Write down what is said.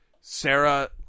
Sarah –